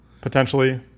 potentially